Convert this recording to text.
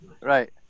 right